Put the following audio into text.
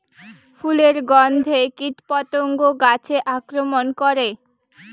ফুলের গণ্ধে কীটপতঙ্গ গাছে আক্রমণ করে?